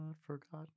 forgotten